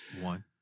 One